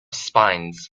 spines